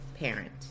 parent